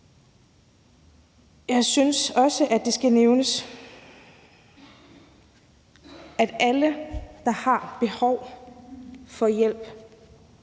Jeg synes også, det skal nævnes, at ikke alle, der har behov for hjælp,